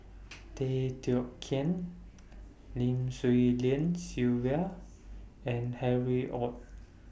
Tay Teow Kiat Lim Swee Lian Sylvia and Harry ORD